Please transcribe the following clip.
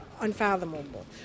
unfathomable